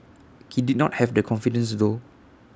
he did have the confidence though